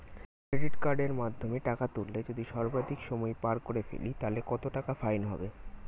Credit কার্ডের মাধ্যমে টাকা তুললে যদি সর্বাধিক সময় পার করে ফেলি তাহলে কত টাকা ফাইন হবে?